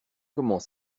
comment